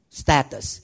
status